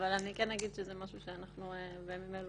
אבל אני כן אגיד שזה משהו שאנחנו בימים האלה